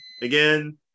Again